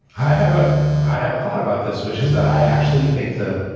i have a i have a thought about this, which is that i actually think that